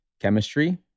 chemistry